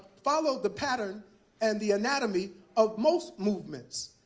followed the pattern and the anatomy of most movements.